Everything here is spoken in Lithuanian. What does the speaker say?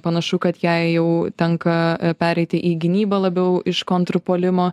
panašu kad jai jau tenka pereiti į gynybą labiau iš kontrpuolimo